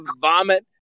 vomit